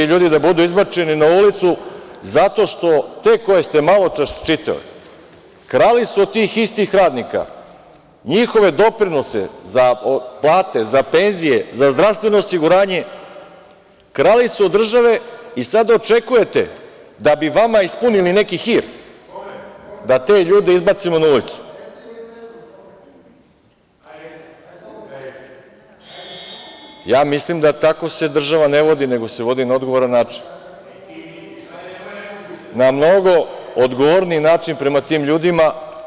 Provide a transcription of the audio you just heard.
Da li će ti ljudi da budu izbačeni na ulicu zato što te koje ste malo čas čitali, krali su od tih istih radnika, njihove doprinose za plate, za penzije, za zdravstveno osiguranje, krali su od države i sada očekujete, da bi vama ispunili neki hir da te ljude izbacimo na ulicu. (Aleksandar Šešelj: Kome? ) (Miljan Damnjanović: Reci ime i prezime.) Mislim da se tako država ne vodi, nego se vodi na odgovoran način, na mnogo odgovorniji način prema tim ljudima.